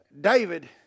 David